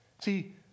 See